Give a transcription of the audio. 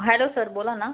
hello sir बोला ना